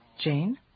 Jane